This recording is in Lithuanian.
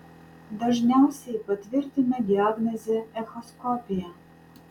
dažniausiai patvirtina diagnozę echoskopija